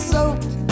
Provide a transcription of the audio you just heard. Soaked